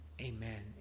Amen